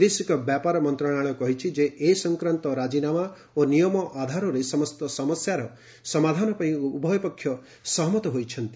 ବୈଦେଶିକ ବ୍ୟାପାର ମନ୍ତ୍ରଣାଳୟ କହିଛି ଯେ ଏ ସଂକ୍ରାନ୍ତ ରାଜିନାମା ଓ ନିୟମ ଆଧାରରେ ସମସ୍ତ ସମସ୍ୟାର ସମାଧାନ ପାଇଁ ଉଭୟପକ୍ଷ ସହମତ ହୋଇଛନ୍ତି